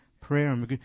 prayer